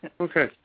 Okay